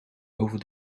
over